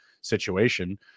situation